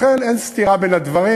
לכן אין סתירה בין הדברים,